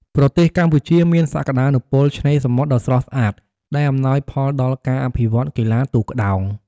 ប្រទេសកម្ពុជាមានសក្ដានុពលឆ្នេរសមុទ្រដ៏ស្រស់ស្អាត ដែលអំណោយផលដល់ការអភិវឌ្ឍន៍កីឡាទូកក្ដោង។